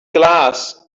glass